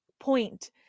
point